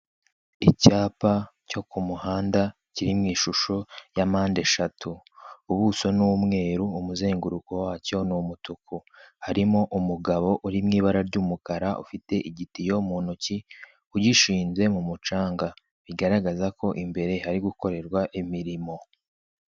Icyapa cyo ku muhanda kiri mu ishusho ya mpandeshatu ubuso ni umweru umuzenguruko wacyo ni umutuku. Harimo umugabo uriw ibara ry'umukara ufite igitiyo mu ntoki ugishinze mu mucanga. Bigaragaza ko imbere hari gukorerwa imirimo.